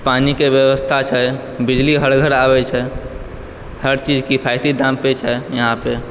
पानि के व्यवस्था छै बिजली हर घर आबै छै हर चीज किफायती दाम पे छै यहाँ पे